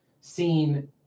seen